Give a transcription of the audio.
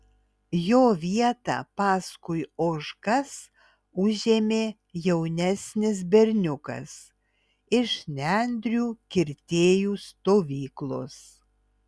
jo vietą paskui ožkas užėmė jaunesnis berniukas iš nendrių kirtėjų stovyklos